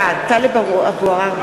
(קוראת בשמות חברי הכנסת) טלב אבו עראר,